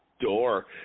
door